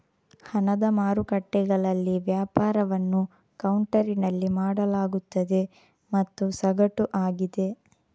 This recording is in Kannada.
ಹಣದ ಮಾರುಕಟ್ಟೆಗಳಲ್ಲಿ ವ್ಯಾಪಾರವನ್ನು ಕೌಂಟರಿನಲ್ಲಿ ಮಾಡಲಾಗುತ್ತದೆ ಮತ್ತು ಸಗಟು ಆಗಿದೆ